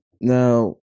Now